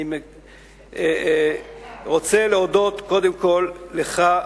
אני רוצה להודות קודם כול לך,